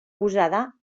posada